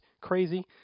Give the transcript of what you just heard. crazy